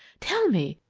tell me,